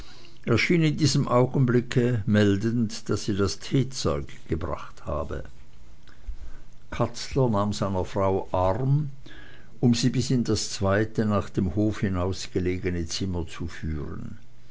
erschien in diesem augenblicke meldend daß sie das teezeug gebracht habe katzler nahm seiner frau arm um sie bis in das zweite nach dem hof hinaus gelegene zimmer zu führen